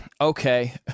Okay